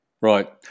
Right